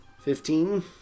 Fifteen